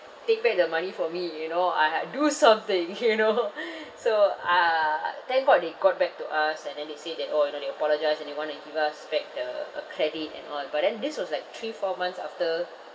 take back the money for me you know I ha~ do something you know so uh thank god they got back to us and then they say that orh you know they apologised and they want to give us back the uh credit and all but then this was like three four months after